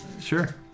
Sure